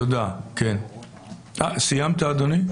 סיימת, אדוני?